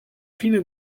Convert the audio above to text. fine